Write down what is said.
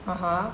(uh huh)